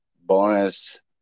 bonus